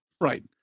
Right